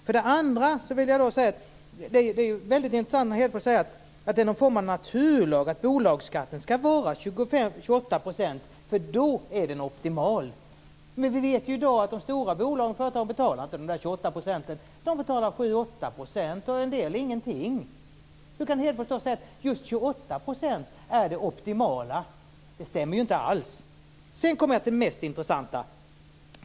För det andra vill jag säga att det är väldigt intressant när Hedfors säger att det är någon form av naturlag att bolagsskatten skall vara 28 %, för då är den optimal. Men vi vet i dag att de stora bolagen inte betalar de 28 procenten. De betalar 7-8 % och en del betalar ingenting. Hur kan Hedfors säga att just 28 % är det optimala? Det stämmer inte alls. Sedan kommer jag till det mest intressanta.